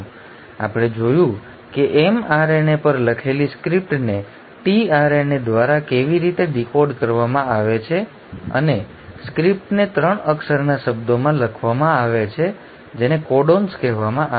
અમે જોયું કે mRNA પર લખેલી સ્ક્રિપ્ટને tRNA દ્વારા કેવી રીતે ડીકોડ કરવામાં આવે છે અને સ્ક્રિપ્ટને 3 અક્ષરના શબ્દોમાં લખવામાં આવે છે જેને કોડોન્સ કહેવામાં આવે છે